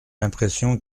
l’impression